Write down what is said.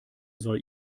soll